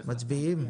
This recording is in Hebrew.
מצביעים?